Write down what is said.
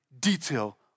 detail